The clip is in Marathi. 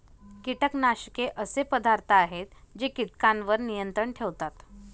कीटकनाशके असे पदार्थ आहेत जे कीटकांवर नियंत्रण ठेवतात